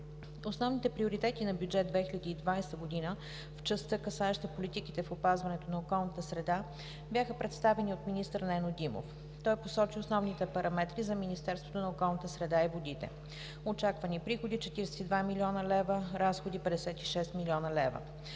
Основните приоритети на бюджет 2020 г. в частта, касаеща политиките в опазването на околната среда, бяха представени от министър Нено Димов. Той посочи основните параметри за Министерството на околната среда и водите: очаквани приходи – 42 млн. лв., разходи – 56 млн. лв.,